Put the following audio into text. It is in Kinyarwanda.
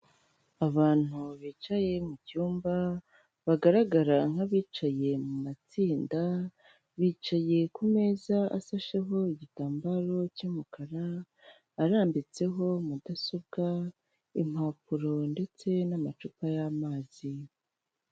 Abantu bicaye mucyumba, bagaragara nk'abicaye mu matsinda, bicaye ku meza asasheho igitambaro cy'umukara, Arambitseho mudasobwa ,impapuro ndetse n'amacupa y'amazi.